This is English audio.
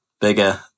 bigger